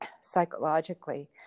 psychologically